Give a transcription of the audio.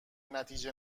نتیجه